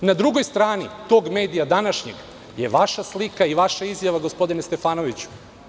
Na 2. strani tog medija današnjeg je vaša slika i vaša izjava, gospodine Stefanoviću.